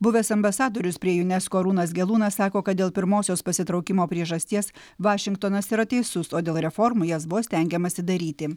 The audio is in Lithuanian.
buvęs ambasadorius prie junesko arūnas gelūnas sako kad dėl pirmosios pasitraukimo priežasties vašingtonas yra teisus o dėl reformų jas buvo stengiamasi daryti